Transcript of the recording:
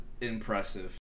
impressive